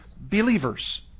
believers